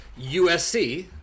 USC